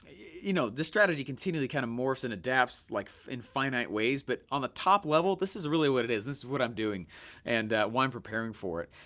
you know this strategy continually kinda morphs and adapts like in finite ways, but on the top level, this is really what it is, this is what i'm doing and why i'm preparing for it.